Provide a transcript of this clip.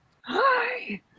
Hi